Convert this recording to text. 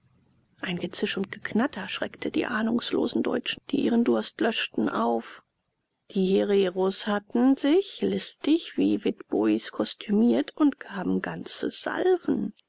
ein gezisch und geknatter schreckte die ahnungslosen deutschen die ihren durst löschten auf die hereros hatten sich listig wie witbois kostümiert und gaben ganze salven